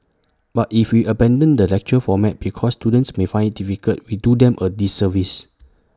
but if we abandon the lecture format because students may find IT difficult we do them A disservice